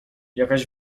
jakaś